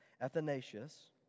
Athanasius